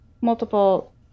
multiple